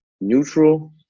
neutral